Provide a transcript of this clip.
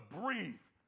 breathe